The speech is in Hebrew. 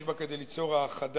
יש בה כדי ליצור האחדה